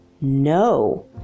no